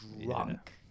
drunk